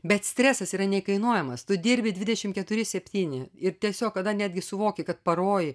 bet stresas yra nekainuojamas tu dirbi dvidešimt keturi septyni ir tiesiog kada netgi suvoki kad paroj